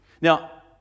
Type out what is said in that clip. Now